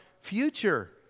future